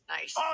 Nice